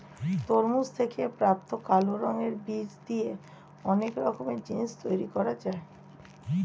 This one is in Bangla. তরমুজ থেকে প্রাপ্ত কালো রঙের বীজ দিয়ে অনেক রকমের জিনিস তৈরি করা যায়